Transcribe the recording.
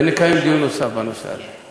ונקיים דיון נוסף בנושא הזה.